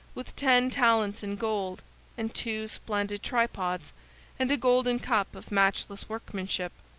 with ten talents in gold and two splendid tripods and a golden cup of matchless workmanship.